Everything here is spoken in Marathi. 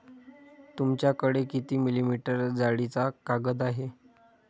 तुमच्याकडे किती मिलीमीटर जाडीचा कागद आहे?